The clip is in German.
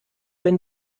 wenn